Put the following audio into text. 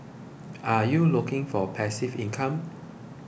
are you looking for passive income